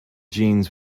jeans